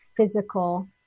physical